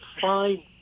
fine